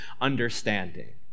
understanding